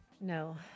No